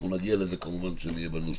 אנחנו נגיע לזה כמובן כשנהיה בנוסח.